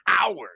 hours